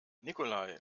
nikolai